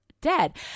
dead